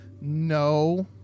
No